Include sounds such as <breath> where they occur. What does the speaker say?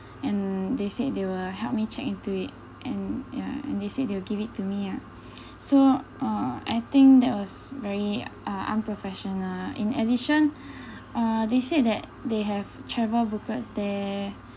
and they said they will help me check into it and yeah and they say they will give it to me ah <breath> so uh I think that was very ah unprofessional uh in addition <breath> uh they said that they have travel booklets there